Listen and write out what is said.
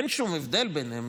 אין שום הבדל ביניהם.